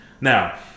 Now